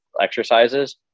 exercises